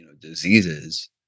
diseases